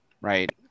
right